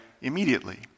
immediately